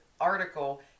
article